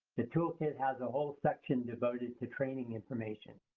the toolkit has a whole section devoted to training information.